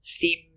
theme